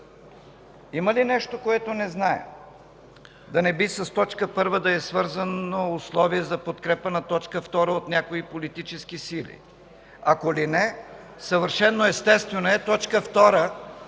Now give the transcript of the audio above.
Има ли нещо което не знаем? Да не би с точка първа да е свързано условие за подкрепа на точка втора от някои политически сили? Ако ли не, съвършено естествено е точка